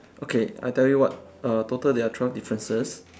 okay I tell you what err total there are twelve differences